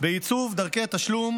בעיצוב דרכי תשלום